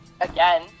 again